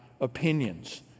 opinions